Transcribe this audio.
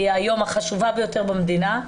היא היום החשובה ביותר במדינה,